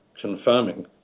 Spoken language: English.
confirming